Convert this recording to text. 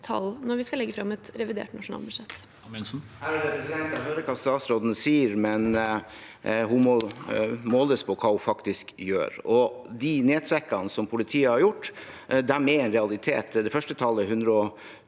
vi skal legge fram et revidert nasjonalbudsjett.